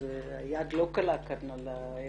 שהיד לא קלה כאן על ההדק.